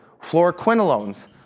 Fluoroquinolones